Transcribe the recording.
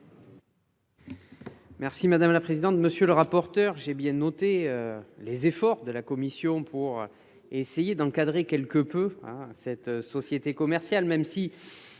explication de vote. Monsieur le rapporteur, j'ai bien noté les efforts de la commission pour essayer d'encadrer quelque peu cette société commerciale, même si